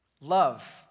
Love